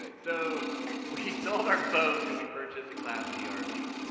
but so we sold our boat and we purchase a class c ah rv yeah